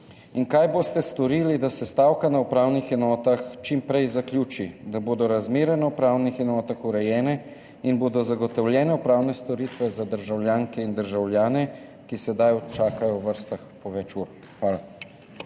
Kaj boste storili, da se stavka na upravnih enotah čim prej zaključi, da bodo razmere na upravnih enotah urejene in bodo zagotovljene pravne storitve za državljanke in državljane, ki sedaj čakajo v vrstah po več ur? Hvala.